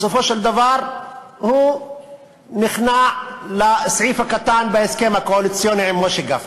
בסופו של דבר נכנע לסעיף הקטן בהסכם הקואליציוני עם משה גפני.